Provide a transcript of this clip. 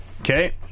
okay